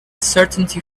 certainty